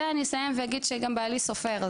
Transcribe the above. ואני אסיים ואגיד שגם בעלי סופר,